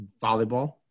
volleyball